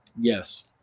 Yes